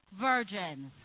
virgins